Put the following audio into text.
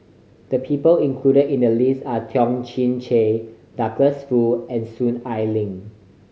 the people included in the list are Toh Chin Chye Douglas Foo and Soon Ai Ling